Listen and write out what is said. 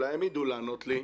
אולי הם ידעו לענות לי,